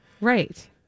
Right